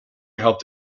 helped